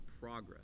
progress